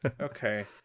Okay